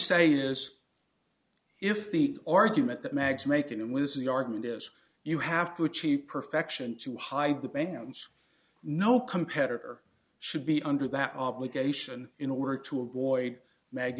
say is if the argument that mag's making was the argument is you have to achieve perfection to hide the bans no competitor should be under that obligation in order to avoid mag